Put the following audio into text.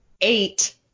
eight